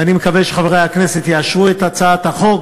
אני מקווה שחברי הכנסת יאשרו את הצעת החוק